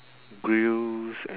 grills a~